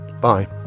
Bye